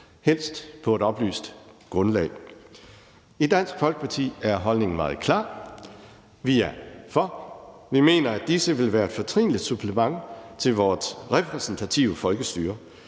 helst på et oplyst grundlag. I Dansk Folkeparti er holdningen meget klar: Vi er for. Vi mener, at disse vil være et fortrinligt supplement til vores repræsentative folkestyre,